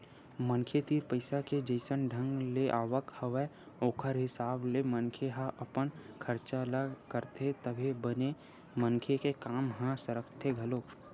मनखे तीर पइसा के जइसन ढंग ले आवक हवय ओखर हिसाब ले मनखे ह अपन खरचा ल करथे तभे बने मनखे के काम ह सरकथे घलोक